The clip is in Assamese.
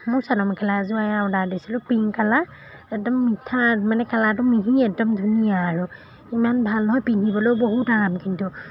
মোৰ চাদৰ মেখেলা এযোৰ এই অৰ্ডাৰ দিছিলোঁ পিংক কালাৰ একদম মিঠা মানে কালাৰটো মিহি একদম ধুনীয়া আৰু ইমান ভাল হয় পিন্ধিবলৈয়ো বহুত আৰাম কিন্তু